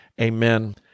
Amen